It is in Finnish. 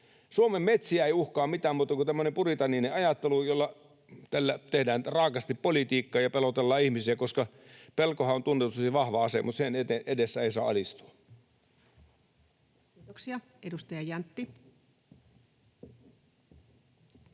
Suomen metsiä ei uhkaa mikään muu kuin tämmöinen puritaaninen ajattelu, jolla tehdään raakasti politiikkaa ja pelotellaan ihmisiä, koska pelkohan on tunnetusti vahva ase. Mutta sen edessä ei saa alistua. [Speech 123] Speaker: